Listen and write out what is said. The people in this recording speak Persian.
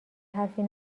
حرفی